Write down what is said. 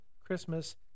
Christmas